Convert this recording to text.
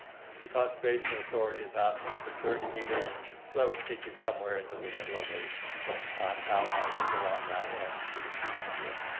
the conversation authority is asking for thirty meters so that would take you somewhere into the middle of those townhouses along that edge, to give you some idea.